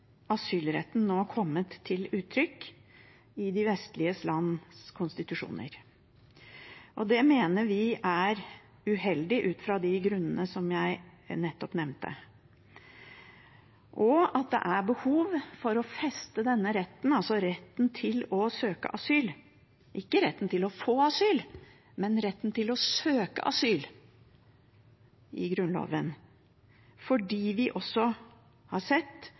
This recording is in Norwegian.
asylretten nå kommet til uttrykk i de vestlige lands konstitusjoner. Det mener vi er uheldig ut fra de grunnene jeg nettopp nevnte. Det er også behov for å feste denne retten, altså retten til å søke asyl – ikke retten til å få asyl, men retten til å søke asyl – i Grunnloven, fordi vi også har sett